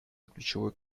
ключевой